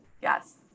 Yes